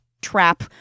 trap